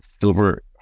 silver